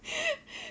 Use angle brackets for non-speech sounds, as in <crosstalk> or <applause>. <laughs>